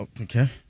Okay